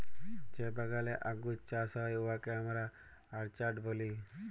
যে বাগালে আঙ্গুর চাষ হ্যয় উয়াকে আমরা অরচার্ড ব্যলি